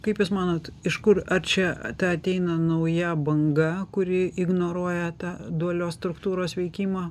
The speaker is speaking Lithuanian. kaip jūs manot iš kur ar čia ta ateina nauja banga kuri ignoruoja tą dualios struktūros veikimą